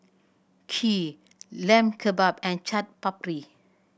Kheer Lamb Kebab and Chaat Papri